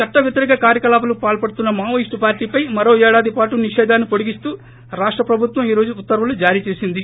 చట్ల వ్వతిరేక కార్వకలాపాలకు పాల్సడుతున్న మావోయిస్టు పార్షీపై మరో ఏడాది పాటు నిషేధాన్ని హొడిగిస్తూ రాష్ట ప్రభుత్వం ఈ రోజు ఉత్తర్వులు జారీ చేసింది